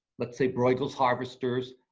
let's say bruegel's harvesters,